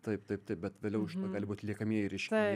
taip taip taip bet vėliau iš to gali būt liekamieji reiškiniai